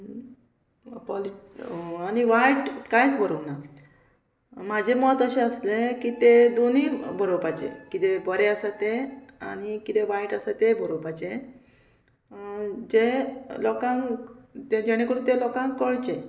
पॉलिट आनी वायट कांयच बरोवंक ना म्हाजें मत अशें आसलें की तें दोनीय बरोवपाचें किदें बरें आसा तें आनी कितें वायट आसा तें बरोवपाचें जें लोकांक जेणे करून तें लोकांक कळचें